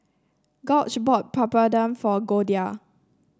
Gauge bought Papadum for Goldia